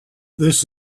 this